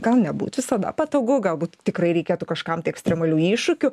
gal nebūt visada patogu galbūt tikrai reikėtų kažkam tai ekstremalių iššūkių